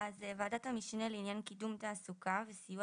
אז ועדת המשנה לעניין קידום תעסוקה וסיוע